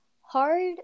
hard